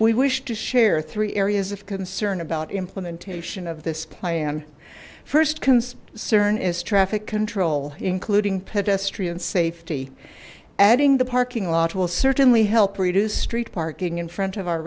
we wish to share three areas of concern about implementation of this plan first concern is traffic control including pedestrian safety adding the parking lot will certainly help reduce street parking in front of our